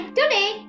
today